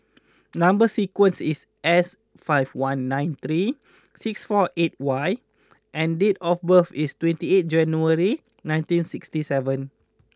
number sequence is S five one nine three six four eight Y and date of birth is twenty eighth January nineteen sixty seven